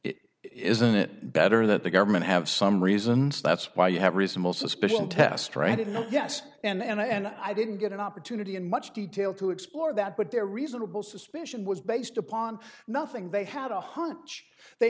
it isn't it better that the government have some reasons that's why you have reasonable suspicion test right in yes and i didn't get an opportunity in much detail to explore that but there are reasonable suspicion was based upon nothing they had a hunch they